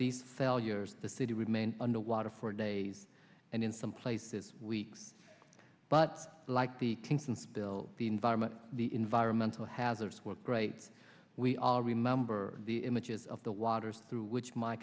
these failures the city remains under water for days and in some places weeks but like the concerns bill the environment the environmental hazards work great we all remember the images of the waters through which my